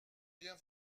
bien